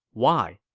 why?